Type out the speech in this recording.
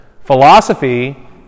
Philosophy